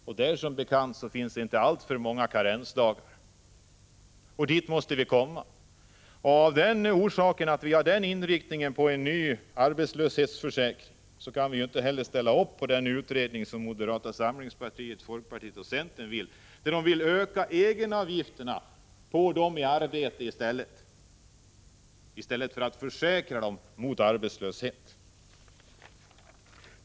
Och där finns som bekant inte alltför många karensdagar. Det är dit vi måste komma. Därför att vi har den inriktningen beträffande en ny arbetslöshetsförsäkring kan vi inte heller ställa upp på den utredning som moderata samlingspartiet, folkpartiet och centern vill ha, där man vill öka egenavgifterna för dem i arbete i stället för att försäkra dem mot arbetslöshet.